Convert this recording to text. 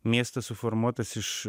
miestas suformuotas iš